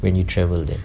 when you travel there